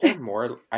more